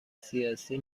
سیاسی